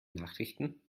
nachrichten